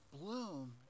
bloom